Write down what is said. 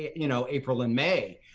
you know, april and may.